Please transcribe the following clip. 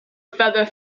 feather